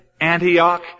Antioch